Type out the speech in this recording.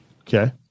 Okay